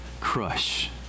crush